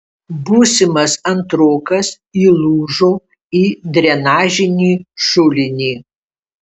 būsimas antrokas įlūžo į drenažinį šulinį